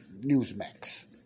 Newsmax